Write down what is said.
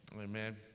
Amen